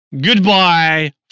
goodbye